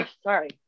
Sorry